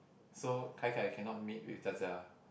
so kai kai cannot mate with Jia Jia